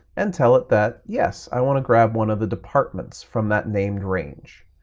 and tell it that, yes, i want to grab one of the departments from that named range.